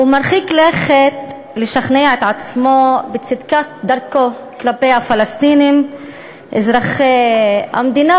מרחיק לכת לשכנע את עצמו בצדקת דרכו כלפי הפלסטינים אזרחי המדינה,